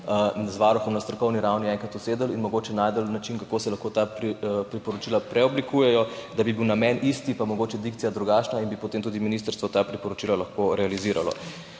z varuhom na strokovni ravni enkrat usedli in mogoče našli način, kako se lahko ta priporočila preoblikujejo, da bi bil namen isti, pa mogoče dikcija drugačna, in bi potem tudi ministrstvo ta priporočila lahko realiziralo.